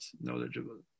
knowledgeable